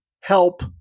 Help